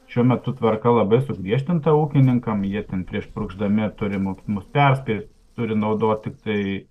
šiuo metu tvarka labai sugriežtinta ūkininkam jie ten prieš purkšdami turi mok mus perspėt turi naudot tiktai